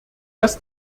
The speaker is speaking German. dass